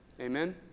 Amen